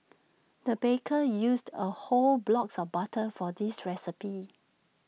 the baker used A whole blocks of butter for this recipe